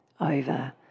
over